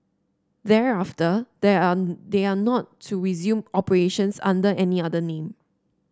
thereafter there are they are not to resume operations under any other name